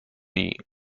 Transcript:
knee